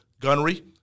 gunnery